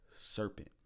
serpent